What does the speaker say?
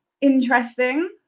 interesting